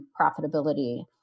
profitability